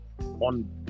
on